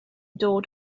dod